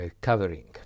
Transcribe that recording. covering